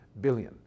billion